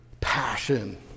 passion